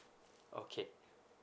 okay